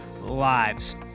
lives